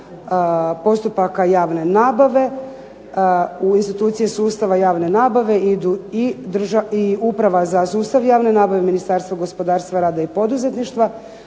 postupaka javne nabave u institucije sustava javne nabave idu i Uprava za sustav javne nabave i Ministarstvo gospodarstva, rada i poduzetništva,